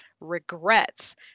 regrets